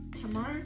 tomorrow